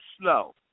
slow